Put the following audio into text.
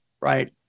right